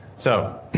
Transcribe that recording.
so